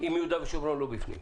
אם יהודה ושומרון לא בפנים.